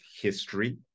history